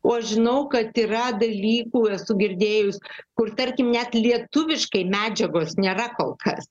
o aš žinau kad yra dalykų esu girdėjus kur tarkim net lietuviškai medžiagos nėra kol kas